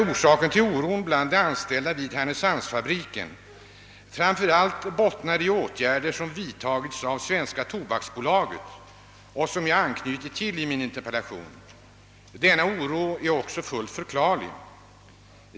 Oron bland de anställda vid härnösandsfabriken bottnar nämligen framför allt i åtgärder som vidtagits av Svenska Tobaksbolaget och som jag anknutit till i min interpella tion. Denna oro är också fullt förklarlig.